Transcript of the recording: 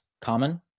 common